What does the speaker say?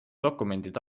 dokumendid